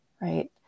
right